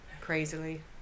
crazily